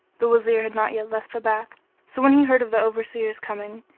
the wazir had not yet left the bath so when he heard of the overseer's coming,